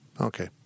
Okay